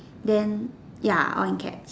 then ya all in caps